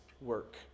work